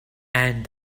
and